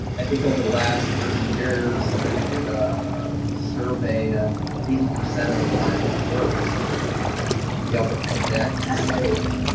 i think over the last thirty years, somebody did a survey and eighty percent of the time it works to be able to predict the stage,